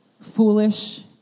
Foolish